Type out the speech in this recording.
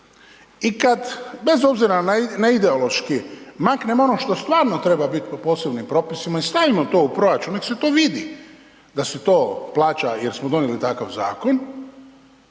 I kada bez obzira na ideološki maknemo ono što stvarno treba biti po posebnim propisima i stavimo to u proračun nek se to vidi da se to plaća jer smo donijeli takav zakon